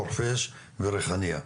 חורפיש וריחאניה.